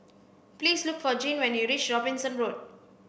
please look for Gene when you reach Robinson Road